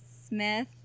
Smith